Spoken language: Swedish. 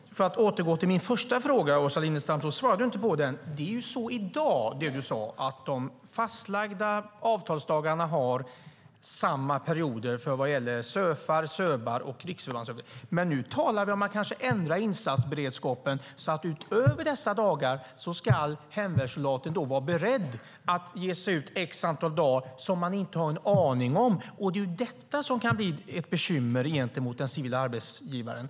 Herr talman! För att återgå till min första fråga, Åsa Lindestam, så svarar du inte på den. Det är så i dag , som du sade, att de fastlagda avtalsdagarna har samma perioder för till exempel SÖF:ar och SÖB:ar. Men nu talar vi om att insatsberedskapen ska vara sådan att hemvärnssoldaten ska vara beredd att ge sig ut ett visst antal dagar som man inte har en aning om utöver dessa dagar, och det är detta som kan bli ett bekymmer gentemot den civila arbetsgivaren.